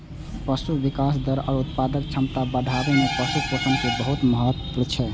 पशुक विकास दर आ उत्पादक क्षमता बढ़ाबै मे पशु पोषण के बहुत महत्व छै